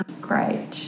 great